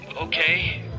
Okay